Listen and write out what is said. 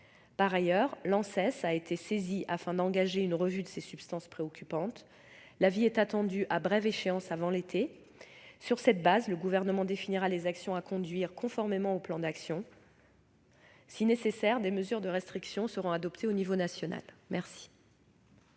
travail, l'Anses, a été saisie afin d'engager une revue de ces substances préoccupantes. Son avis est attendu à brève échéance, avant l'été. Sur cette base, le Gouvernement définira les actions à conduire conformément au plan d'actions. Si nécessaire, des mesures de restriction seront adoptées au niveau national. La